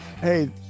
hey